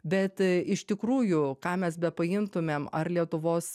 bet iš tikrųjų ką mes bepriimtumėm ar lietuvos